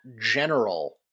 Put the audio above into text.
general